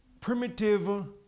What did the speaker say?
primitive